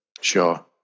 Sure